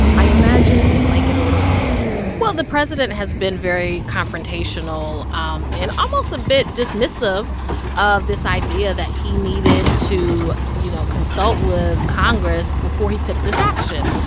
i imagine it might get a little heated well, the president has been very confrontational um and almost a bit dismissive of this idea that he needed to, you know, consult with congress before he took this action.